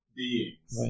beings